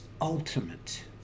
ultimate